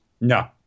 No